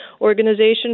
organization